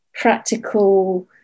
practical